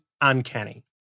uncanny